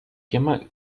firma